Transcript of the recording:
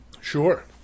Sure